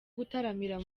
gutaramira